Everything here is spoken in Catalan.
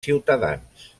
ciutadans